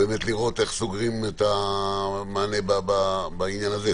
באמת לראות איך סוגרים את המענה בעניין הזה.